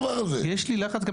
המטרה היא לפשט פה.